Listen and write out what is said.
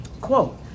Quote